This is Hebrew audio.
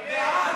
לידה),